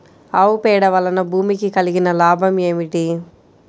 ఆవు పేడ వలన భూమికి కలిగిన లాభం ఏమిటి?